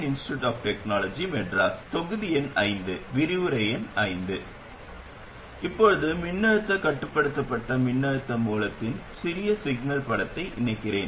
இப்போது மின்னழுத்தம் கட்டுப்படுத்தப்பட்ட மின்னழுத்த மூலத்தின் சிறிய சிக்னல் படத்தை இணைக்கிறேன்